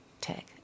tech